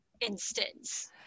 instance